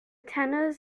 tenors